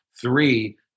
three